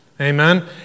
Amen